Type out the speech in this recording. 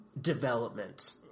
development